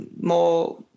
more